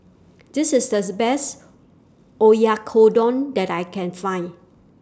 This IS This Best Oyakodon that I Can Find